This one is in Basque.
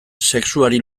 sexuari